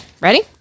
ready